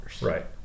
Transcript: Right